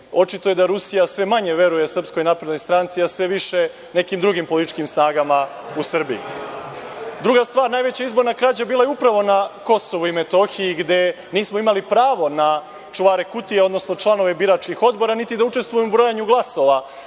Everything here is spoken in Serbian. Očito je da Rusija sve manje veruje SNS, a sve više nekim drugim političkim snagama u Srbiji. Druga stvar, najveća izborna krađa bila je upravo na Kosovu i Metohiji, gde nismo imali pravo na čuvare kutija, odnosno članove biračkih odbora, niti da učestvujemo u brojanju glasova,